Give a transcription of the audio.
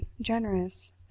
generous